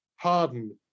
pardon